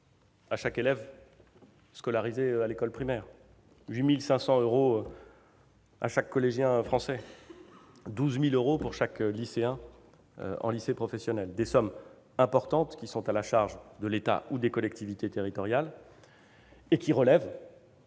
à chaque élève scolarisé à l'école primaire, 8 500 euros à chaque collégien français, 12 000 euros à chaque élève de lycée professionnel, des sommes importantes à la charge de l'État ou des collectivités territoriales et qui relèvent